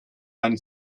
dein